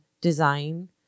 design